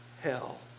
hell